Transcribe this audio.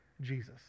Jesus